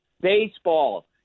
baseball